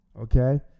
Okay